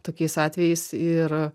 tokiais atvejais ir